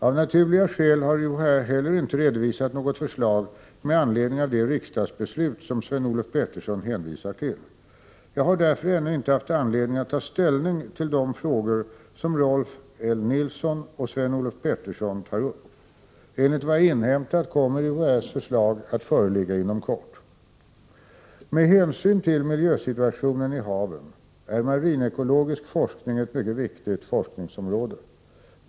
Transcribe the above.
Av naturliga skäl har UHÄ heller inte redovisat något förslag med anledning av det riksdagsbeslut som Sven-Olof Petersson hänvisar till. Jag har därför ännu inte haft anledning att ta ställning till de frågor som Rolf L Nilson och Sven-Olof Petersson tar upp. Enligt vad jag inhämtat kommer UHÄ:s förslag att föreligga inom kort. Med hänsyn till miljösituationen i haven är marinekologisk forskning ett mycket viktigt forskningsområde.